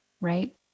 Right